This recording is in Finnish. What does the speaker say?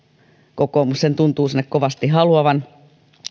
kokoomus sen tuntuu sinne kovasti haluavan